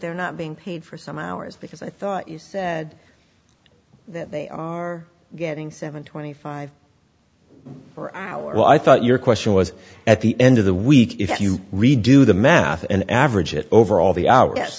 they're not being paid for some hours because i thought you said that they are getting seven twenty five hour well i thought your question was at the end of the week if you redo the math and average it over all the hour yes